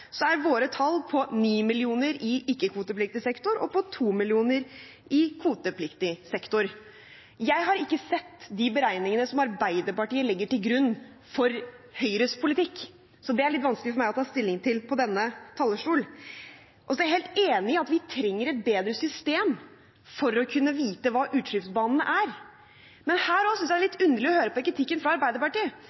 er våre tall 9 millioner i ikke-kvotepliktig sektor og 2 millioner i kvotepliktig sektor. Jeg har ikke sett de beregningene som Arbeiderpartiet legger til grunn for Høyres politikk, så det er det litt vanskelig for meg å ta stilling til på denne talerstol. Så er jeg helt enig i at vi trenger et bedre system for å kunne vite hva utslippsbanene er. Men her også synes jeg det er litt underlig å høre på kritikken fra Arbeiderpartiet,